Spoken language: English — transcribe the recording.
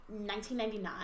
1999